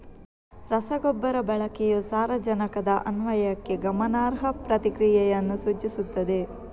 ರಸಗೊಬ್ಬರ ಬಳಕೆಯು ಸಾರಜನಕದ ಅನ್ವಯಕ್ಕೆ ಗಮನಾರ್ಹ ಪ್ರತಿಕ್ರಿಯೆಯನ್ನು ಸೂಚಿಸುತ್ತದೆ